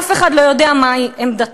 אף אחד לא יודע מהי עמדתך.